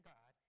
God